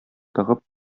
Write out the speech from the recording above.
тыгып